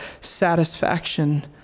satisfaction